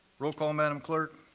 roll call, madam clerk.